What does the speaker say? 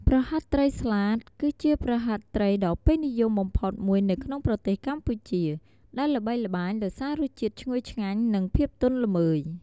ប្រហិតត្រីស្លាត គឺជាប្រហិតត្រីដ៏ពេញនិយមបំផុតមួយនៅក្នុងប្រទេសកម្ពុជា ដែលល្បីល្បាញដោយសាររសជាតិឈ្ងុយឆ្ងាញ់ និងភាពទន់ល្មើយ។